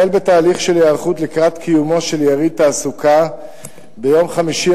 החל בתהליך של היערכות לקראת קיומו של יריד תעסוקה ביום חמישי,